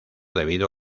debido